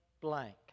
Blank